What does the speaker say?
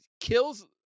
kills